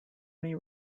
may